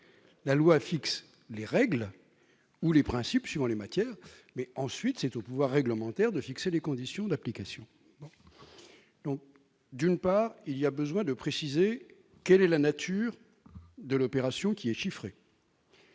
La loi fixe les règles ou les principes, suivant les matières, mais, ensuite, c'est au pouvoir réglementaire de fixer les conditions d'application. Il est donc nécessaire de préciser la nature de l'opération qui est chiffrée.